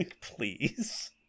please